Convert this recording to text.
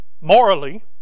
morally